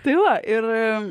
tai va ir